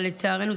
אבל לצערנו,